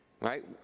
right